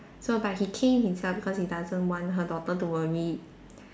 so but he came himself because he doesn't want her daughter to worry